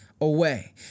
away